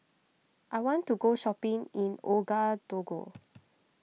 I want to go shopping in Ouagadougou